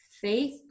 faith